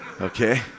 okay